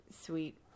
sweet